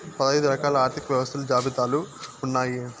పదైదు రకాల ఆర్థిక వ్యవస్థలు జాబితాలు ఉన్నాయి